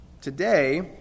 Today